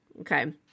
Okay